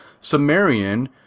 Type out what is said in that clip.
sumerian